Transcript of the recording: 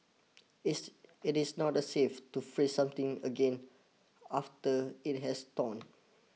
it's it is not the safe to freeze something again after it has thawed